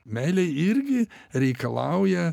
meilė irgi reikalauja